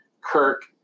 Kirk